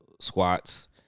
squats